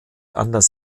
anders